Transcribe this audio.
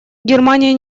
германия